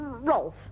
Rolf